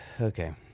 okay